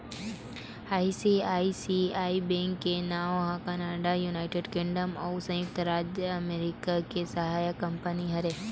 ICICI bank के नांव ह कनाड़ा, युनाइटेड किंगडम अउ संयुक्त राज अमरिका के सहायक कंपनी हरय